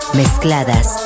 mezcladas